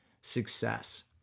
success